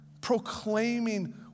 proclaiming